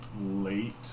late